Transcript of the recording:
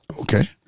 Okay